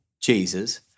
Jesus